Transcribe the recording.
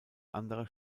andere